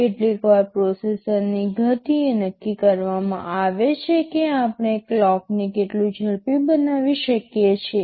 કેટલીકવાર પ્રોસેસરની ગતિ એ નક્કી કરવામાં આવે છે કે આપણે ક્લોકને કેટલું ઝડપી બનાવી શકીએ છીએ